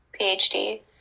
PhD